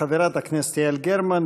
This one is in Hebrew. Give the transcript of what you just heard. חברת הכנסת יעל גרמן,